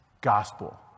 Gospel